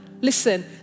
listen